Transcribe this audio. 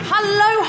Hello